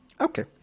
okay